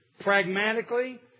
Pragmatically